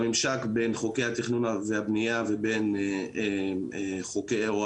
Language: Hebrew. בממשק בין חוקי התכנון והבנייה ובין הרגולציה